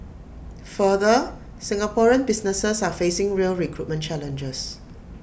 further Singaporean businesses are facing real recruitment challenges